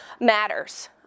matters